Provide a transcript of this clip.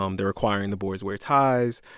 um they're requiring the boys wear ties.